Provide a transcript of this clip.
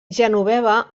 genoveva